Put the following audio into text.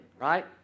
Right